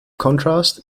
contrast